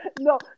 No